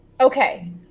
Okay